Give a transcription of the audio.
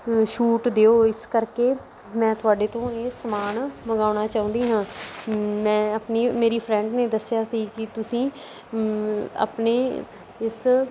ਛੂਟ ਦਿਓ ਇਸ ਕਰਕੇ ਮੈਂ ਤੁਹਾਡੇ ਤੋਂ ਇਹ ਸਮਾਨ ਮੰਗਵਾਉਣਾ ਚਾਹੁੰਦੀ ਹਾਂ ਮੈਂ ਆਪਣੀ ਮੇਰੀ ਫਰੈਂਡ ਨੇ ਦੱਸਿਆ ਸੀ ਕਿ ਤੁਸੀਂ ਆਪਣੇ ਇਸ